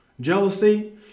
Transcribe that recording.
Jealousy